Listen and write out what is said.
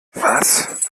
was